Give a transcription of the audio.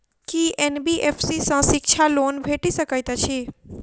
की NBFC सँ शिक्षा loan भेटि सकैत अछि?